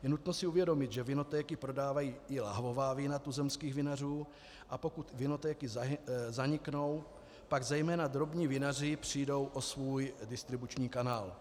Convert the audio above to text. Je nutno si uvědomit, že vinotéky prodávají i lahvová vína tuzemských vinařů, a pokud vinotéky zaniknou, pak zejména drobní vinaři přijdou o svůj distribuční kanál.